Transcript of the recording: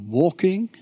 walking